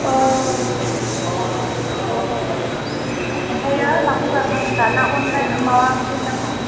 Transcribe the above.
अ र' र' र' ओमफ्राय लांफैमारखागोन दा ना अनलाइन माबा हैनांगौ